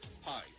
Hi